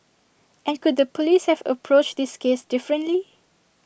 and could the Police have approached this case differently